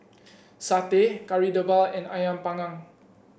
satay Kari Debal and ayam panggang